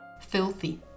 Filthy